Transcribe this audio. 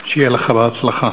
שיהיה לך בהצלחה.